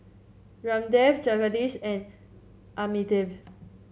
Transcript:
Ramdev Jagadish and Amitabh